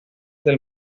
del